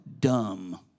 dumb